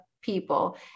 people